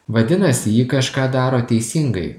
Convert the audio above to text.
vadinasi ji kažką daro teisingai